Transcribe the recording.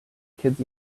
kids